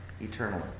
eternally